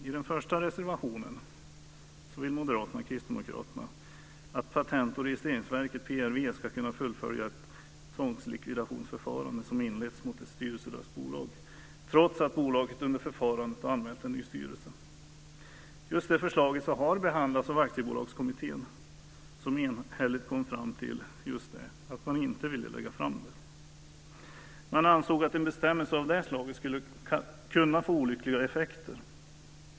I den första reservationen vill moderaterna och kristdemokraterna att Patent och registreringsverket, PRV, ska kunna fullfölja ett tvångslikvidationsförfarande som inletts mot ett styrelselöst bolag, trots att bolaget under förfarandet anmält en ny styrelse. Det förslaget har behandlats av Aktiebolagskommittén som enhälligt kom fram till att inte lägga fram ett sådant förslag. Man ansåg att en bestämmelse av det slaget skulle kunna få olyckliga effekter.